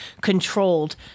controlled